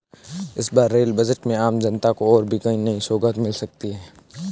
इस बार rail budget में आम जनता को और भी कई नई सौगात मिल सकती हैं